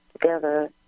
together